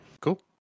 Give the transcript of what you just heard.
Cool